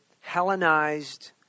Hellenized